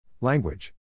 Language